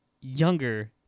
younger